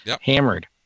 Hammered